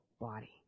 body